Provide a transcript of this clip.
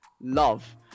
Love